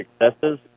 successes